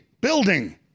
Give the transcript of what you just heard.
building